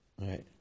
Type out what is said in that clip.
right